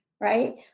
right